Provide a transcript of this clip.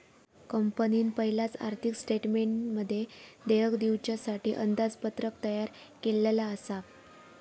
कंपनीन पयलाच आर्थिक स्टेटमेंटमध्ये देयक दिवच्यासाठी अंदाजपत्रक तयार केल्लला आसा